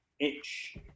itch